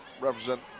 represent